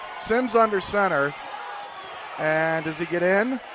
simms under center and does he get in?